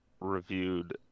reviewed